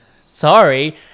sorry